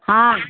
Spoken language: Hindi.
हाँ